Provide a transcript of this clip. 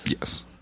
yes